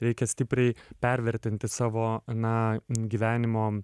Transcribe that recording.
reikia stipriai pervertinti savo na gyvenimo